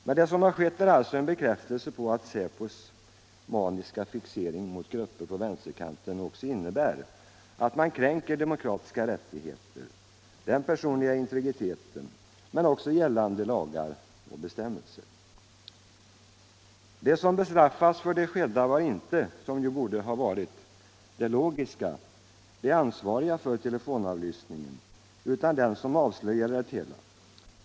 Men det som har skett är alltså en bekräftelse på att säpos maniska fixering till grupper på vänsterkanten också innebär att man kränker inte bara demokratiska rättigheter och den personliga integriteten utan också gällande lagar och bestämmelser. Bestraffningen för det skedda riktade sig inte, vilket borde ha varit det logiska, mot de ansvariga för telefonavlyssningen utan emot den som avslöjade det hela.